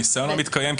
הניסיון לא מתקיים,